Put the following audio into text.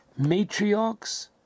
Matriarchs